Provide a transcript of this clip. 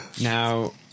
Now